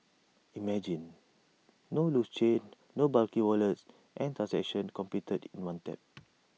imagine no loose change no bulky wallets and completed in one tap